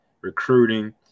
recruiting